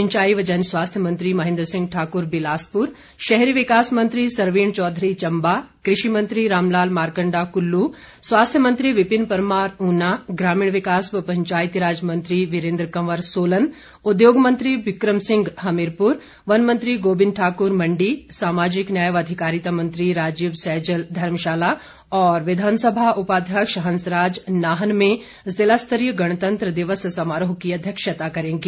सिंचाई व जनस्वास्थ्य मंत्री महेन्द्र सिंह ठाकुर बिलासपुर शहरी विकास मंत्री सरवीण चौधरी चम्बा कृषि मंत्री रामलाल मारकण्डा कुल्लू स्वास्थ्य मंत्री विपिन परमार ऊना ग्रामीण विकास व पंचायती राज मंत्री वीरेन्द्र कंवर सोलन उद्योग मंत्री विक्रम सिंह हमीरपुर वनमंत्री गोविंद ठाकुर मण्डी सामाजिक न्याय व अधिकारिता मंत्री राजीव सैजल धर्मशाला और विधानसभा उपाध्यक्ष हंसराज नाहन में जिला स्तरीय गणतंत्र दिवस समारोह की अध्यक्षता करेंगे